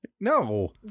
No